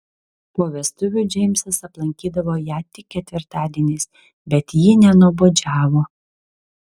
po vestuvių džeimsas aplankydavo ją tik ketvirtadieniais bet ji nenuobodžiavo